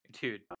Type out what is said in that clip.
Dude